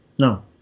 No